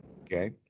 Okay